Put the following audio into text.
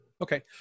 okay